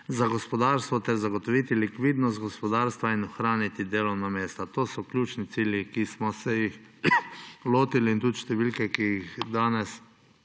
za gospodarstvo ter zagotoviti likvidnost gospodarstva in ohraniti delovna mesta. To so ključni cilji, ki smo se jih lotili. Tudi številke, ki jih danes